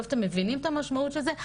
אתם מבינים את המשמעות של זה?